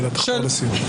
גלעד, תחתור לסיום.